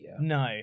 No